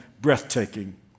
breathtaking